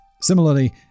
Similarly